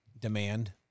demand